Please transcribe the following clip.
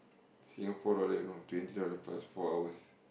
Singapore dollar you know twenty dollar plus four hours